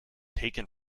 taken